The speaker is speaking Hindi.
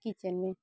किचेन में